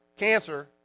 Cancer